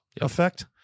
effect